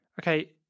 Okay